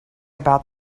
about